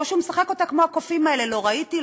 או שהוא משחק אותה כמו הקופים האלה: לא ראיתי,